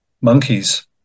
monkeys